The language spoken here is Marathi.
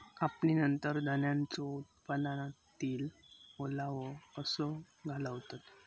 कापणीनंतर धान्यांचो उत्पादनातील ओलावो कसो घालवतत?